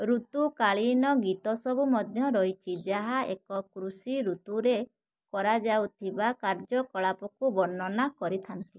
ଋତୁକାଳୀନ ଗୀତ ସବୁ ମଧ୍ୟ ରହିଛି ଯାହା ଏକ କୃଷି ଋତୁରେ କରାଯାଉଥିବା କାର୍ଯ୍ୟକଳାପକୁ ବର୍ଣ୍ଣନା କରିଥାନ୍ତି